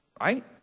Right